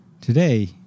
Today